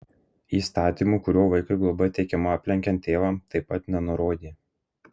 įstatymo kuriuo vaikui globa teikiama aplenkiant tėvą taip pat nenurodė